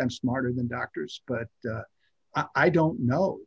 i'm smarter than doctors but i don't know